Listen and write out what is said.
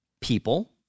people